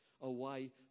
Away